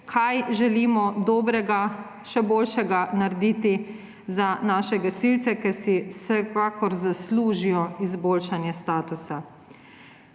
kaj želimo dobrega, še boljšega narediti za naše gasilce, ki si vsekakor zaslužijo izboljšanje statusa.